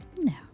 No